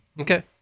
okay